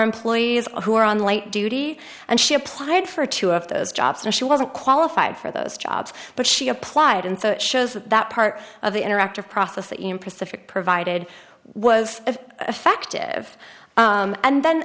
employees who are on light duty and she applied for two of those jobs and she wasn't qualified for those jobs but she applied and so it shows that part of the interactive process that impressed if it provided was of effective and then